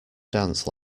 dance